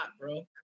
bro